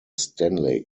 stanley